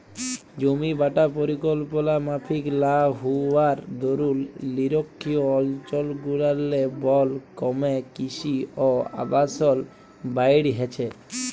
জমিবাঁটা পরিকল্পলা মাফিক লা হউয়ার দরুল লিরখ্খিয় অলচলগুলারলে বল ক্যমে কিসি অ আবাসল বাইড়হেছে